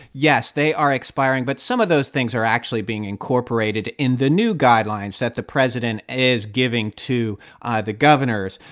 yes, they are expiring, but some of those things are actually being incorporated in the new guidelines that the president is giving to the governors.